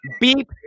Beep